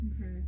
Okay